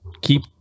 keep